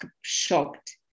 shocked